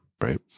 right